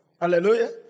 Hallelujah